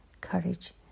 courage